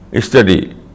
study